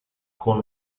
con